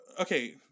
okay